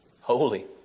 Holy